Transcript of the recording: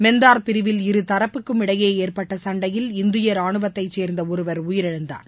மெந்தார் பிரிவில் இருதரப்புக்கும் இடையே ஏற்பட்ட சண்டையில் இந்திய ராணுவத்தை சேர்ந்த ஒருவர் உயிரிழந்தார்